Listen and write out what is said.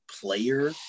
player